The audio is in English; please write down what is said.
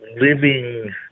living